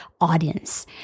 audience